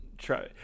try